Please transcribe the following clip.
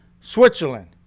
Switzerland